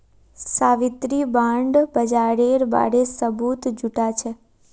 Savitri bond बाजारेर बारे सबूत जुटाछेक